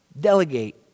delegate